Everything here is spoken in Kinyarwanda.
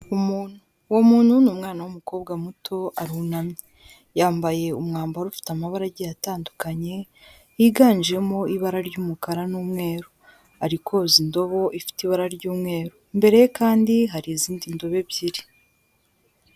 Umuntu, uwo muntu ni umwana w'umukobwa muto arunamye. Yambaye umwambaro ufite amabara agiye atandukanye, yiganjemo ibara ry'umukara n'umweru. Ari kwoza indobo ifite ibara ry'umweru. Imbere kandi hari izindi nzobo ebyiri.